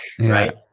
right